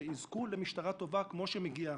שיזכו למשטרה טובה כמו שמגיע,